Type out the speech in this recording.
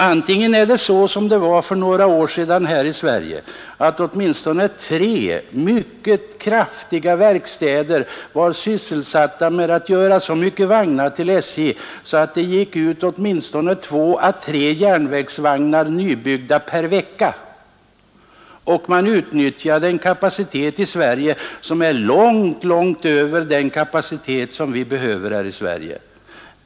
Antingen är det så, som det var för några år sedan, att åtminstone tre mycket effektiva verkstäder var sysselsatta med att göra så mycket vagnar åt SJ att ibland två å tre nybyggda järnvägsvagnar gick ut per vecka och man utnyttjade en kapacitet som var långt över den kapacitet som vi behöver i Sverige.